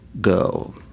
go